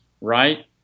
Right